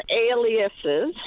aliases